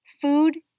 Food